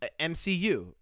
MCU